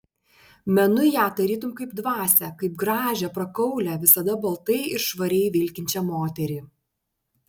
menu ją tarytum kaip dvasią kaip gražią prakaulią visada baltai ir švariai vilkinčią moterį